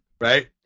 Right